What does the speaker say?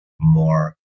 more